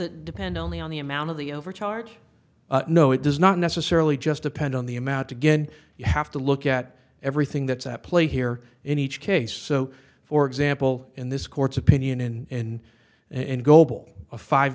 it depend only on the amount of the overcharge no it does not necessarily just depend on the amount again you have to look at everything that's at play here in each case so for example in this court's opinion in an